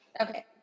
Okay